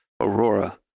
Aurora